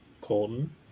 Colton